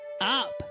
up